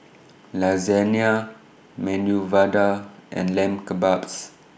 Lasagna Medu Vada and Lamb Kebabs